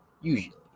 usually